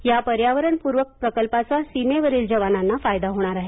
या पर्यावरणपूरक प्रकल्पाचा सीमेवरील जवानांना फायदा होणार आहे